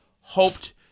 hoped